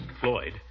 Floyd